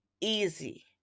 easy